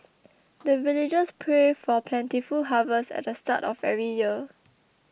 the villagers pray for plentiful harvest at the start of every year